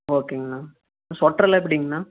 ஓகேங்கண்ணா சொட்டர்லாம் எப்படிங்கண்ணா